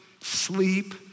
sleep